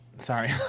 Sorry